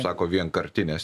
sako vienkartinės